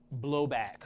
blowback